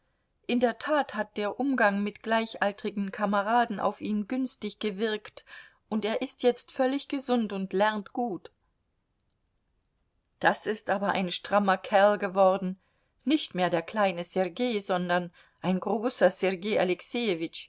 in der tat hat der umgang mit gleichaltrigen kameraden auf ihn günstig gewirkt und er ist jetzt völlig gesund und lernt gut das ist aber ein strammer kerl geworden nicht mehr der kleine sergei sondern ein großer